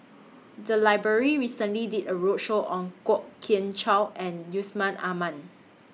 The Library recently did A roadshow on Kwok Kian Chow and Yusman Aman